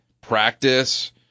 practice